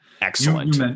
Excellent